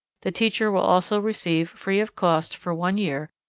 the teacher will also receive, free of cost, for one year,